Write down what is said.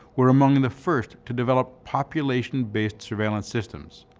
were among the first to develop population-based surveillance systems.